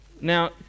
Now